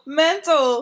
mental